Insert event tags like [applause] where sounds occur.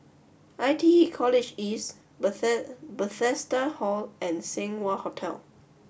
I T E College East [unintelligible] Bethesda Hall and Seng Wah Hotel